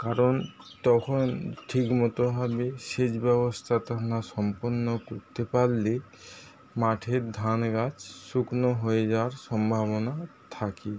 কারণ তখন ঠিকমতোভাবে সেচ ব্যবস্থাটা না সম্পন্ন করতে পারলে মাঠের ধান গাছ শুকনো হয়ে যাওয়ার সম্ভাবনা থাকে